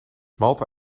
malta